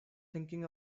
thinking